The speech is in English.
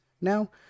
now